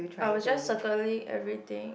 I was just circling everything